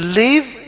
live